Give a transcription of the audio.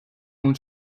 und